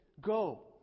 Go